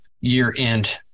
year-end